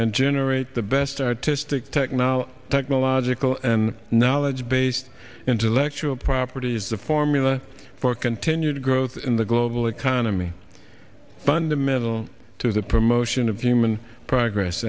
and generate the best artistic technology technological and knowledge based intellectual property is the formula for continued growth in the global economy fundamental to the promotion of human progress